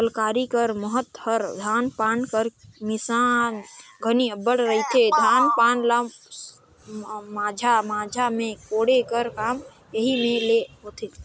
कलारी कर महत हर धान पान कर मिसात घनी अब्बड़ रहथे, धान पान ल माझा माझा मे कोड़े का काम एही मे ले होथे